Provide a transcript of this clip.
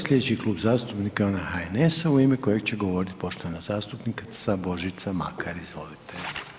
Slijedeći Klub zastupnika je onaj HNS-a u ime kojeg će govoriti poštovana zastupnica Božica Makar, izvolite.